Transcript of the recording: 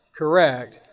correct